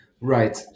Right